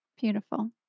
beautiful